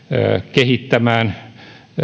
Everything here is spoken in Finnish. kehittämään